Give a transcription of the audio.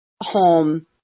home